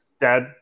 dad